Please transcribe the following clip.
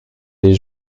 des